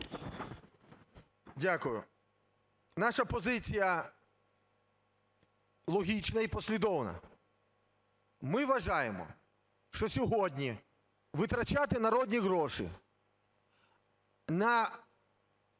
Дякую. Наша позиція логічна і послідовна. Ми вважаємо, що сьогодні витрачати народні гроші на